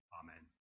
amen